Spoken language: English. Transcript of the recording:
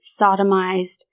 sodomized